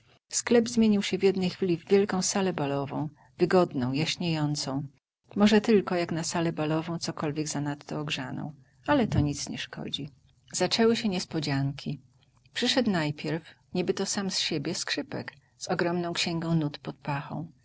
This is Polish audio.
sklep zmienił się w jednej chwili w wielką salę balową wygodną jaśniejącą może tylko jak na salę balową cokolwiek zanadto ogrzaną ale to nic nie szkodzi zaczęły się niespodzianki przyszedł najpierw niby to sam z siebie skrzypek z ogromną księgą nut pod pachą